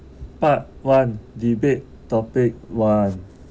part one debate topic one